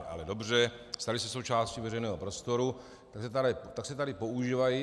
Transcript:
Ale dobře, staly se součástí veřejného prostoru, tak se tady používají.